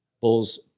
bull's